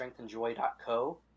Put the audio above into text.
strengthandjoy.co